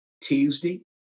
Tuesday